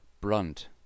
brunt